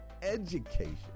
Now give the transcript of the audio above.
education